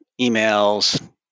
emails